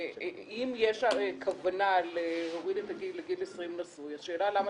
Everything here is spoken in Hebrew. אם יש כוונה להוריד את הגיל לגיל 20 נשוי השאלה למה